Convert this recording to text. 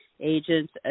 agents